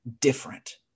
different